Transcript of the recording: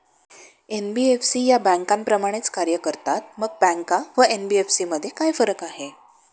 NBFC या बँकांप्रमाणेच कार्य करतात, मग बँका व एन.बी.एफ.सी मध्ये काय फरक आहे?